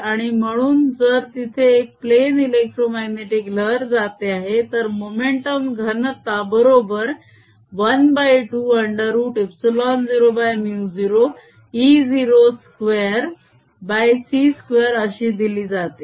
आणि म्हणून जर तिथे एक प्लेन इलेक्ट्रोमाग्नेटीक लहर जाते आहे तर मोमेंटम घनता बरोबर ½ √ε0μ0 e0 2c2 अशी दिली जाते